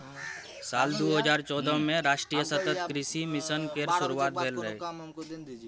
साल दू हजार चौदह मे राष्ट्रीय सतत कृषि मिशन केर शुरुआत भेल रहै